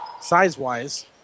size-wise